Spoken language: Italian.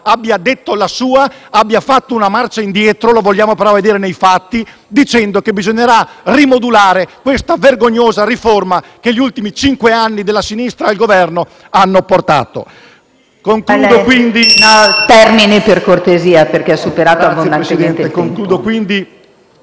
abbia detto la sua e abbia fatto una marcia indietro (lo vogliamo però vedere nei fatti), dicendo che bisognerà rimodulare questa vergognosa riforma che gli ultimi cinque anni della sinistra al Governo hanno portato.